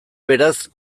beraz